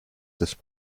this